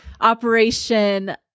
operation